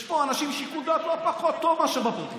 יש פה אנשים עם שיקול דעת לא פחות טוב מאשר בפרקליטות.